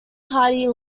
party